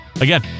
Again